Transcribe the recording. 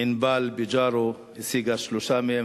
ענבל פיזרו השיגה שלוש מהן.